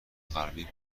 غربی